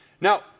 Now